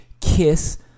kiss